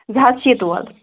زٕہَتھ شیٖتہٕ وول